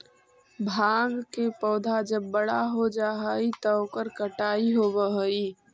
भाँग के पौधा जब बड़ा हो जा हई त ओकर कटाई होवऽ हई